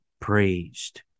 praised